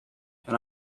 and